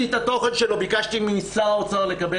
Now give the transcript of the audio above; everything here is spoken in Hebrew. למרות זאת, שיעור הניצול של התקציב הוא מאוד נמוך.